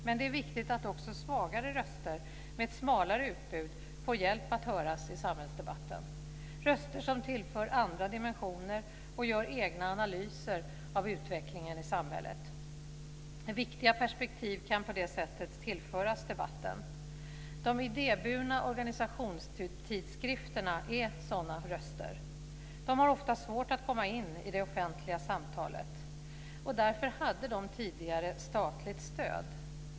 Men det är viktigt att också svagare röster med ett smalare utbud får hjälp att höras i samhällsdebatten, röster som tillför andra dimensioner och gör egna analyser av utvecklingen i samhället. Viktiga perspektiv kan på det sättet tillföras debatten. De idéburna organisationstidskrifterna är sådana röster. De har ofta svårt att komma in i det offentliga samtalet. Därför hade de tidigare statligt stöd.